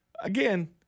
again